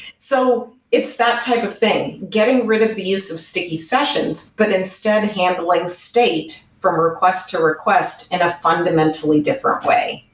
so, it's that type of thing. getting rid of the use of sticky sessions, but instead handling state from request to request in a fundamentally different way.